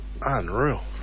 unreal